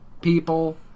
people